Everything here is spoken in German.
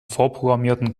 vorprogrammierten